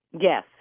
Yes